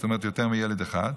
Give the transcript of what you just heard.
זאת אומרת יותר מילד אחד,